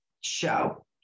show